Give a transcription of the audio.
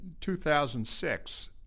2006